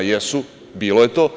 Jesu, bilo je to.